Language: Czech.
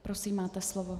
Prosím, máte slovo.